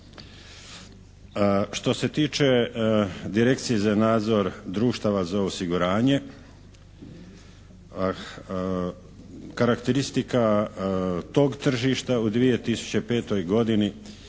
Što se tiče Direkcije za nadzor društava za osiguranje karakteristika tog tržišta u 2005. godini